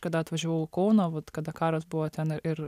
kada atvažiavau į kauną vat kada karas buvo ten ir